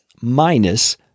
minus